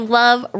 love